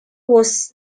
was